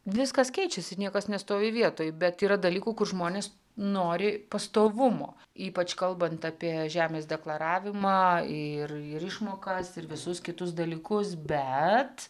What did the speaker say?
viskas keičiasi niekas nestovi vietoj bet yra dalykų kur žmonės nori pastovumo ypač kalbant apie žemės deklaravimą ir ir išmokas ir visus kitus dalykus bet